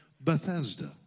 Bethesda